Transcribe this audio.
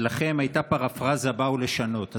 לכם הייתה פרפרזה: באנו לשנות.